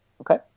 Okay